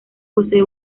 posee